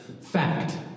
fact